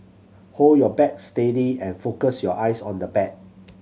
hold your bat steady and focus your eyes on the bat